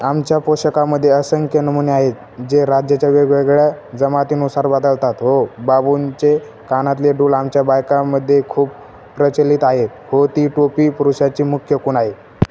आमच्या पोषाखामध्ये असंख्य नमुने आहेत जे राज्याच्या वेगवेगळ्या जमातीनुसार बदलतात हो बांबूचे कानातले डूल आमच्या बायकामध्ये खूप प्रचलित आहेत हो ती टोपी पुरुषाची मुख्य खूण आहे